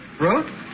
Ruth